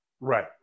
Right